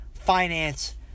finance